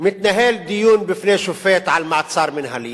מתנהל דיון בפני שופט על מעצר מינהלי,